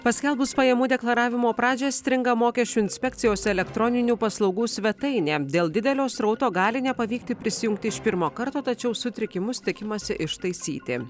paskelbus pajamų deklaravimo pradžią stringa mokesčių inspekcijos elektroninių paslaugų svetainė dėl didelio srauto gali nepavykti prisijungti iš pirmo karto tačiau sutrikimus tikimasi ištaisyti